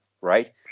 Right